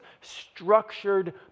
structured